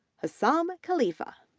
hosam khalifah,